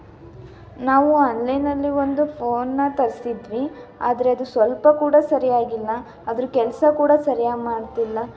ನಾವು ಆನ್ಲೈನಲ್ಲಿ ಒಂದು ಫೋನನ್ನ ತರಿಸಿದ್ವಿ ಆದರೆ ಅದು ಸ್ವಲ್ಪ ಕೂಡ ಸರಿಯಾಗಿಲ್ಲ ಅದ್ರ ಕೆಲಸ ಕೂಡ ಸರಿಯಾಗಿ ಮಾಡ್ತಿಲ್ಲ